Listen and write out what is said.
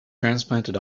transplanted